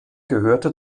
gehörte